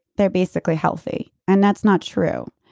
they're basically healthy. and that's not true.